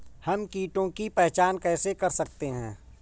हम कीटों की पहचान कैसे कर सकते हैं?